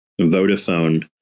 Vodafone